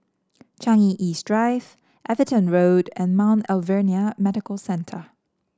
Changi East Drive Everton Road and Mount Alvernia Medical Centre